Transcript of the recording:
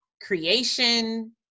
creation